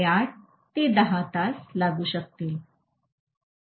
5 ते 10 तास लागू शकतील